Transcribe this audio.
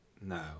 no